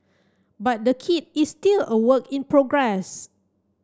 but the kit is still a work in progress